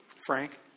Frank